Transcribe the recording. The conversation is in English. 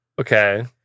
Okay